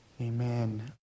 Amen